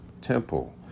temple